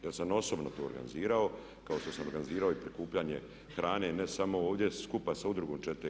Ja sam osobno to organizirao kao što sam organizirao i prikupljanje hrane i ne samo ovdje, skupa sa udrugom IV.